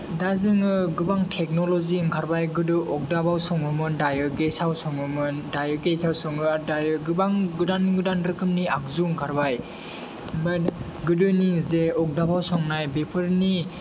दा जोङो गोबां थेकनलजि ओंखारबाय गोदो अग्दाबाव सङोमोन दायो गेसाव सङोमोन दायो गेसाव सङो आरो दायो गोबां गोदान गोदान रोखोमनि आगजु ओंखारबाय बात गोदोनि जे अग्दाबाव संनाय बेफोरनि